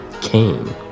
Cain